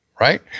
right